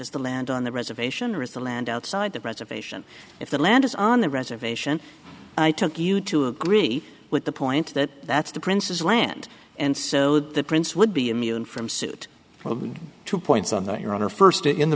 is the land on the reservation or is the land outside the reservation if the land is on the reservation i took you to agree with the point that that's the prince's land and so the prince would be immune from suit two points on your honor first in the